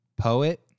poet